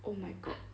oh my god